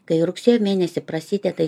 kai rugsėjo mėnesį prasideda